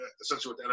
essentially